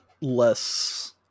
less